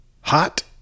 Hot